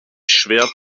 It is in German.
schwer